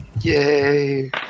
Yay